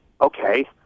Okay